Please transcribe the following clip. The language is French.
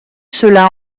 cela